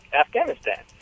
Afghanistan